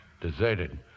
deserted